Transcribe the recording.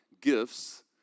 gifts